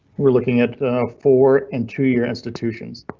we're looking at four and two year institutions.